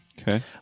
Okay